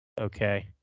okay